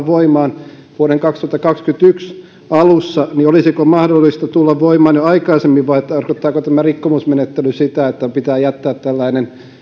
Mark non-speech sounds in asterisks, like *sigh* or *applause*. *unintelligible* voimaan vuoden kaksituhattakaksikymmentäyksi alussa olisiko niiden mahdollista tulla voimaan jo aikaisemmin vai tarkoittaako tämä rikkomusmenettely sitä että pitää jättää tällainen